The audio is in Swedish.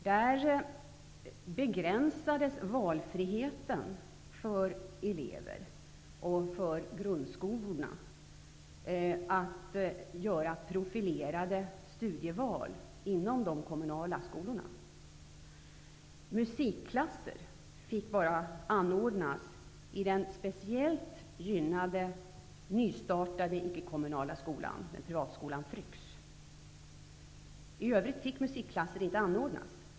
Där begränsades friheten för elever och grundskolor när det gällde att göra profilerade studieval inom de kommunala skolorna. Musikklasser fick bara anordnas i den speciellt gynnade nystartade ickekommunala skolan -- privatskolan Fryx. I övrigt fick musikklasser inte anordnas.